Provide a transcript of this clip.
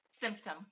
Symptom